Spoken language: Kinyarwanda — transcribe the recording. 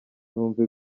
numva